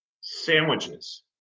Sandwiches